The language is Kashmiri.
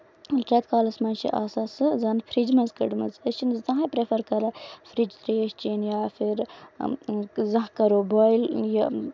رٮ۪تھ کالَس منٛز چھُ آسان سُہ زَن فرج منٛز کٔڑمٕژ أسۍ چھِ نہٕ زٕہنۍ پریفر کران فرج تریش چینۍ یا پھر زانٛہہ کرو بوٚیِل یہِ